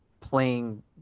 playing